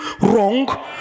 wrong